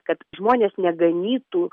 kad žmonės neganytų